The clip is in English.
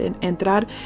entrar